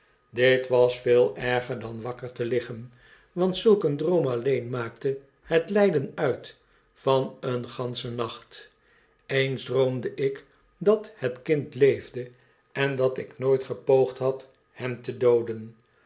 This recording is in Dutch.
dit was veel erger dan wakker te liggen want zulk een droom alleen maakte het lijden uit van een ganschen nacht eens droomde ik dat het kind leefde en dat ik nooit gepoogd had hem te dooden